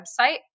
website